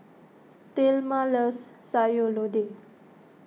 thelma loves Sayur Lodeh